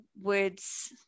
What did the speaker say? words